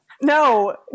no